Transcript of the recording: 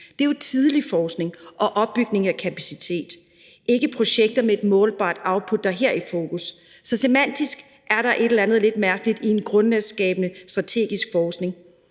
Det er jo tidlig forskning og opbygning af kapacitet og ikke projekter med et målbart output, der er i fokus her. Så semantisk er der et eller andet lidt mærkeligt i en grundlagsskabende strategisk forskning.